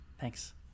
Thanks